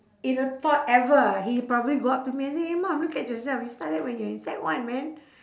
in a thought ever he probably go up to me and say eh mum look at yourself you started when you are in sec one man